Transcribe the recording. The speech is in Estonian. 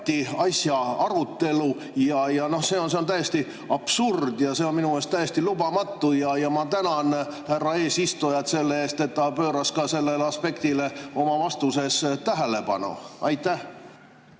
asja arutelu. See on täielik absurd ja see on minu meelest täiesti lubamatu. Ma tänan härra eesistujat selle eest, et ta pööras sellele aspektile oma vastuses tähelepanu. Aitäh!